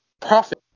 profit